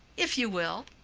if you will.